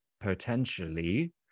potentially